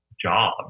job